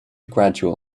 gradual